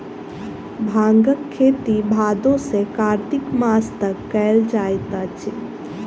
भांगक खेती भादो सॅ कार्तिक मास तक कयल जाइत अछि